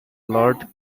lord